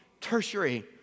tertiary